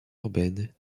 urbaines